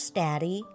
daddy